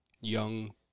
young